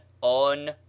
on